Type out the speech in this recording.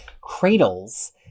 cradles